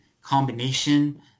combination